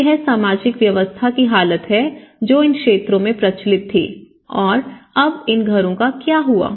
तो यह सामाजिक व्यवस्था की हालत है जो इन क्षेत्रों में प्रचलित थी और अब इन घरों का क्या हुआ